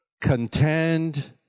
contend